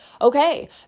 Okay